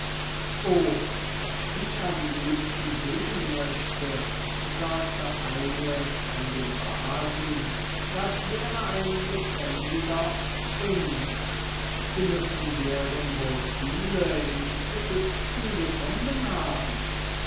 o was ich am liebsten sehen möchte sagte eine von den basen das wäre ein lebendiger sphinx sie müssen deren wohl viele in aegypten gefunden haben